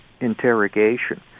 interrogation